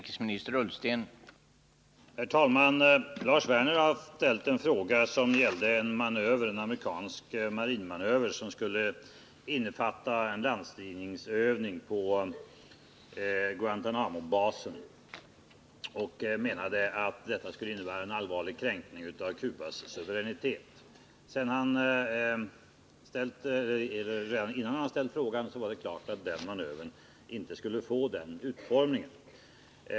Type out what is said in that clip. Herr talman! Lars Werner har ställt en fråga som gällde en amerikansk marinmanöver, som skulle innefatta en landstigningsövning på Guantanamobasen. Han menade att detta skulle innebära en allvarlig kränkning av Cubas suveränitet. Redan innan han hade framställt frågan var det klart att manövern inte skulle få den tidigare avsedda utformningen.